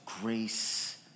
grace